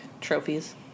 trophies